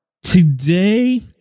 Today